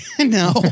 No